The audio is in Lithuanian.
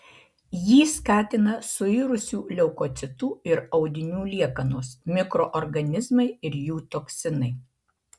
jį skatina suirusių leukocitų ir audinių liekanos mikroorganizmai ir jų toksinai